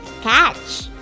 catch